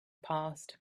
passed